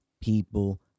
people